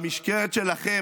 במשמרת שלכם,